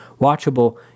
watchable